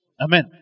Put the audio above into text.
Amen